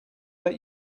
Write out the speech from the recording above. let